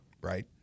right